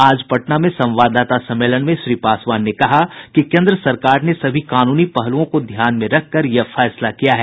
आज पटना में संवाददाता सम्मेलन में श्री पासवान ने कहा कि केन्द्र सरकार ने सभी कानूनी पहलुओं को ध्यान में रखकर यह फैसला किया है